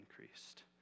increased